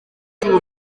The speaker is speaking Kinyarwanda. tube